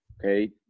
okay